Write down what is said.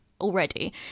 already